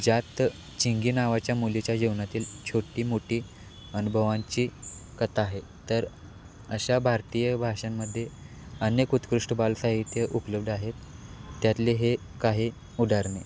ज्यात चिंगी नावाच्या मुलीच्या जेवणातील छोटी मोठी अनुभवांची कथा आहे तर अशा भारतीय भाषांमध्ये अनेक उत्कृष्ट बालसाहित्य उपलब्ध आहेत त्यातले हे काही उदाहरणे